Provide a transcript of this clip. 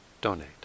donate